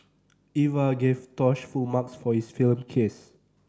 Eva gave Tosh full marks for his film kiss